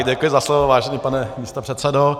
Děkuji za slovo, vážený pane místopředsedo.